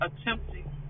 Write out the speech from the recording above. attempting